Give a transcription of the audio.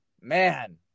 man